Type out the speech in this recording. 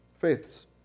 faiths